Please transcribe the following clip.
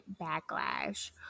backlash